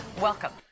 welcome